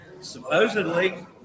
supposedly